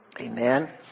Amen